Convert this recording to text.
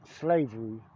slavery